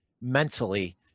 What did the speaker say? mentally